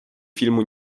filmu